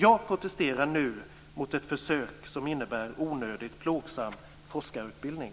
Jag protesterar nu mot ett försök som innebär onödigt plågsam forskarutbildning.